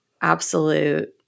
absolute